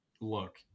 look